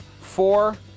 four